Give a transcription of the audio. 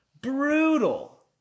Brutal